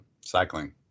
cycling